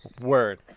Word